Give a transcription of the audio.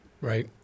right